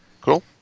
cool